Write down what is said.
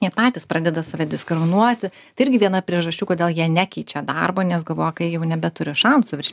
jie patys pradeda save diskriminuoti tai irgi viena priežasčių kodėl jie nekeičia darbo nes galvoja kad jau nebeturi šansų virš